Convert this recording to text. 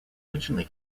originally